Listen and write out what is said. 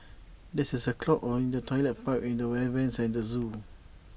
there is A clog or in the Toilet Pipe and the air Vents at the Zoo